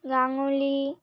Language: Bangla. গাঙ্গুলি